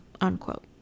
unquote